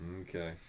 Okay